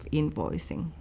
invoicing